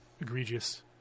egregious